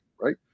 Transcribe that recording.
right